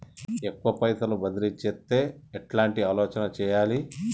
ఎక్కువ పైసలు బదిలీ చేత్తే ఎట్లాంటి ఆలోచన సేయాలి?